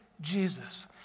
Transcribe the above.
Jesus